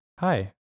Hi